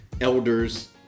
elders